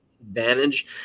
advantage